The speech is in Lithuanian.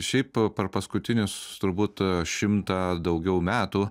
šiaip per paskutinius turbūt šimtą daugiau metų